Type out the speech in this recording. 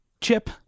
chip